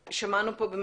שמענו פה לא